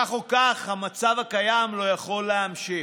כך או כך, המצב הקיים לא יכול להימשך.